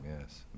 yes